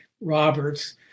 Roberts